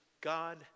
God